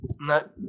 No